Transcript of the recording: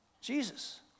Jesus